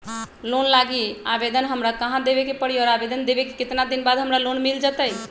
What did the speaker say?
Loan लागी आवेदन हमरा कहां देवे के पड़ी और आवेदन देवे के केतना दिन बाद हमरा लोन मिल जतई?